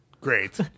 Great